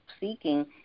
seeking